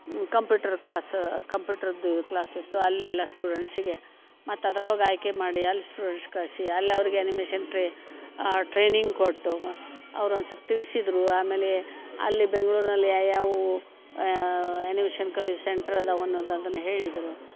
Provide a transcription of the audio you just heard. computer class ಕಂಪ್ಯೂಟ್ರದ್ದು class ಇತ್ತು ಅಲ್ಲಿ ಎಲ್ಲ ಸ್ಟೂಡೆಂಟ್ಸಿಗೆ ಮತ್ತು ಅದ್ರೊಳ್ಗೆ ಆಯ್ಕೆ ಮಾಡಿ ಅಲ್ಲಿ ಸ್ಟೂಡೆಂಟ್ಸ್ ಕಳಿಸಿ ಅಲ್ಲಿ ಅವ್ರ್ಗೆ ಆ್ಯನಿಮೇಷನ್ ಆ ಟ್ರೈನಿಂಗ್ ಕೊಟ್ಟು ಅವ್ರು ಒಂದು ಸಲ್ಪ್ ತಿಳಿಸಿದರು ಆಮೇಲೆ ಅಲ್ಲಿ ಬೆಂಗ್ಳೂರಿನಲ್ಲಿ ಯಾಯಾವು ಆ್ಯನಿಮೇಷನ್ ಕಲಿಸುವ ಸೆಂಟ್ರ್ ಅದಾವನ್ನೋದು ಅದನ್ನು ಹೇಳಿದರು